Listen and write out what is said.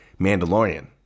Mandalorian